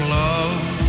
love